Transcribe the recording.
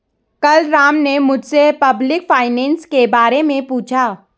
कल राम ने मुझसे पब्लिक फाइनेंस के बारे मे पूछा